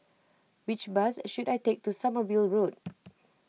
which bus should I take to Sommerville Road